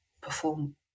perform